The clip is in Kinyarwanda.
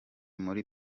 muri